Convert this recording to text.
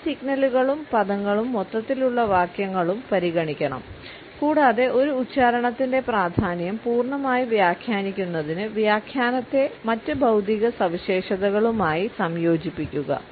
ഈ സിഗ്നലുകളും പദങ്ങളും മൊത്തത്തിലുള്ള വാക്യങ്ങളും പരിഗണിക്കണം കൂടാതെ ഒരു ഉച്ചാരണത്തിന്റെ പ്രാധാന്യം പൂർണ്ണമായി വ്യാഖ്യാനിക്കുന്നതിന് വ്യാഖ്യാനത്തെ മറ്റ് ഭൌതിക സവിശേഷതകളുമായി സംയോജിപ്പിക്കുക